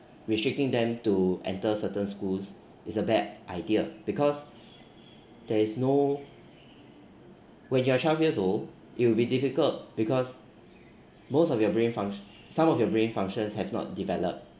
restricting them to enter certain schools is a bad idea because there is no when you are twelve years old it will be difficult because most of your brain funct~ some of your brain functions have not developed